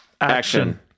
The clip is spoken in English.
Action